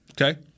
Okay